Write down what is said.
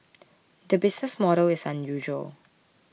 the business model is unusual